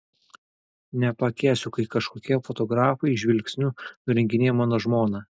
nepakęsiu kai kažkokie fotografai žvilgsniu nurenginėja mano žmoną